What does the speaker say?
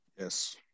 yes